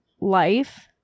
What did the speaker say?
life